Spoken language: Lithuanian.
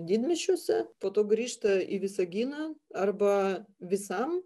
didmiesčiuose po to grįžta į visaginą arba visam